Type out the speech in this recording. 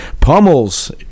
pummels